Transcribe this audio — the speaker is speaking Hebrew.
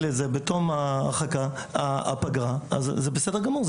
את זה בתום הפגרה אז זה בסדר גמור.